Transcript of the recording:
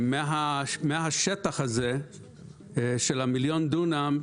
מהשטח הזה של המיליון דונם,